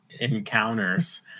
encounters